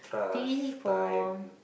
T for